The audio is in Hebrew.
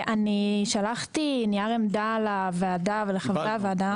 אני שלחתי נייר עמדה לוועדה ולחברי הוועדה.